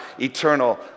eternal